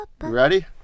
Ready